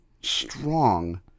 strong